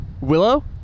willow